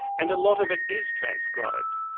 and a lot of it is transcribed,